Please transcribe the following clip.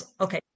okay